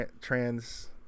trans